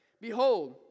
Behold